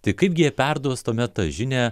tai kaipgi jie perduos tuomet tą žinią